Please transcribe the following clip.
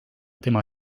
tema